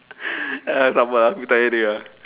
uh sabar aku tanya dia ah